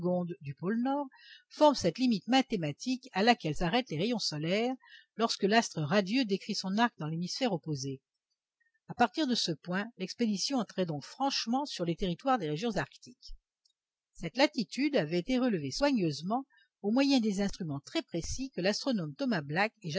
du pôle nord forme cette limite mathématique à laquelle s'arrêtent les rayons solaires lorsque l'astre radieux décrit son arc dans l'hémisphère opposée à partir de ce point l'expédition entrait donc franchement sur les territoires des régions arctiques cette latitude avait été relevée soigneusement au moyen des instruments très précis que l'astronome thomas black